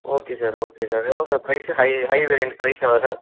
okay sir okay sir எவ்வளோ sir price high high variant price எவ்வளோ sir